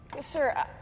Sir